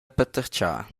patertgar